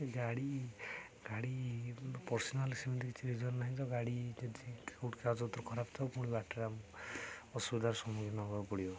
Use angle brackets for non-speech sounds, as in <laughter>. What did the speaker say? ଗାଡ଼ି ଗାଡ଼ି ପର୍ସନାଲ୍ ସେମିତି କିଛି ରିଜନ ନାହିଁ ତ ଗାଡ଼ି ଯଦି କେଉଁଠି କାଗଜ ପତର ଖରାପ ଥବ ପୁଣି ବାଟରେ <unintelligible> ଅସୁବିଧାର ସମ୍ମୁଖୀନ ହବାକୁ ପଡ଼ିବ